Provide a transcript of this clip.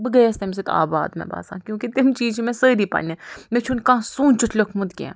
بہٕ گٔیَس تَمہِ سۭتۍ آباد مےٚ باسان کیوںکہِ تِم چیٖز چھِ مےٚ سٲری پنٛنہِ مےٚ چھُنہٕ کانٛہہ سوٗنٛچھِتھ لیوٚکھمُت کیٚنٛہہ